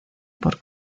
por